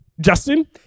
justin